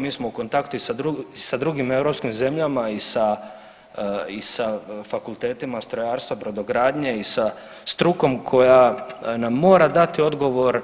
Mi smo u kontaktu i sa drugim europskim zemljama i sa, i sa Fakultetima strojarstva i brodogradnje i sa strukom koja nam mora dati odgovor